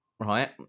Right